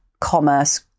commerce